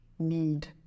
need